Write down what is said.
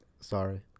Sorry